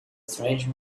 strange